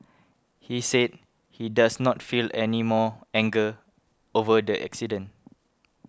he said he does not feel any more anger over the accident